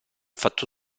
fatto